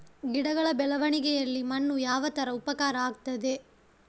ಗಿಡಗಳ ಬೆಳವಣಿಗೆಯಲ್ಲಿ ಮಣ್ಣು ಯಾವ ತರ ಉಪಕಾರ ಆಗ್ತದೆ?